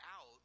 out